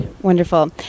Wonderful